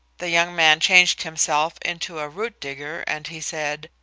the young man changed himself into a root digger and he said,